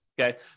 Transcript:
okay